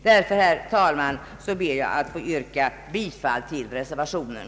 Därför, herr talman, ber jag att få yrka bifall till reservationen.